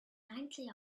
ninety